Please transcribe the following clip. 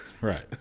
Right